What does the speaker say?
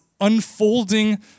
unfolding